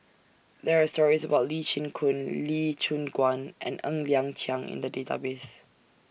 There Are stories about Lee Chin Koon Lee Choon Guan and Ng Liang Chiang in The Database